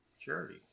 charity